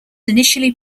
initially